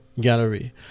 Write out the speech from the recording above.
gallery